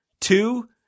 two